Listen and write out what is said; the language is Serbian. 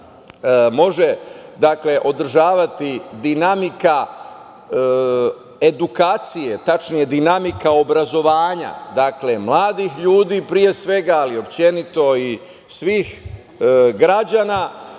može održavati dinamika edukacije, tačnije dinamika obrazovanja mladih ljudi pre svega, ali i uopšte svih građana